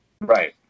Right